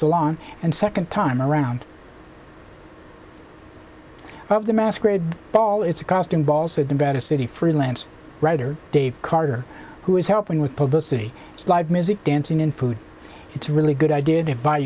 salon and second time around of the masquerade ball it's a costume ball said the better city freelance writer dave karger who is helping with publicity live music dancing in food it's a really good idea to buy